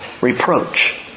reproach